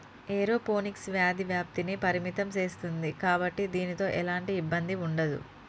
aeroponics వ్యాధి వ్యాప్తిని పరిమితం సేస్తుంది కాబట్టి దీనితో ఎలాంటి ఇబ్బంది ఉండదు